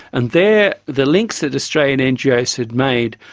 and there the links that australian ngos had made,